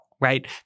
right